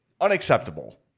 unacceptable